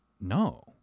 no